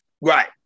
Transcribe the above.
Right